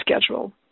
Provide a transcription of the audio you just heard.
schedule